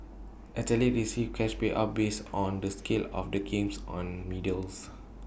athletes receive cash payouts are based on the scale of the games on medals